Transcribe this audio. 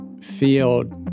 field